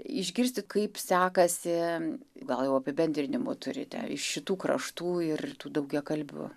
išgirsti kaip sekasi gal jau apibendrinimų turite iš šitų kraštų ir tų daugiakalbių